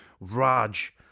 Raj